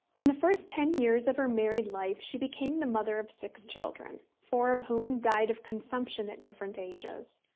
in the first ten years of her married life she became the mother of six children, four of whom died of consumption at different ages.